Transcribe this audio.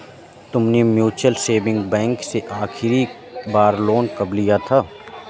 तुमने mutual saving bank से आखरी बार लोन कब लिया था?